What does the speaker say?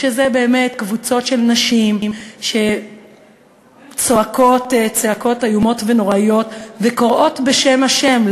שבאמת קבוצות של נשים צועקות צעקות איומות ונוראות וקוראות בשם השם,